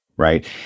Right